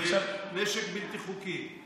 ונשק בלתי חוקי.